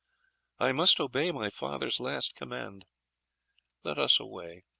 i must obey my father's last command let us away.